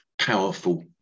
powerful